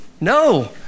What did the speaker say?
no